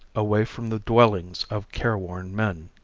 away from the dwellings of careworn men.